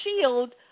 shield